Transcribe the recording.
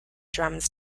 drums